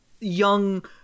young